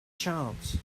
chance